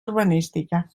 urbanística